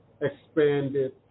expanded